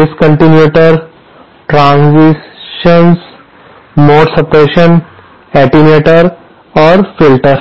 discontinuities transitions mode suppresses attenuator और filter है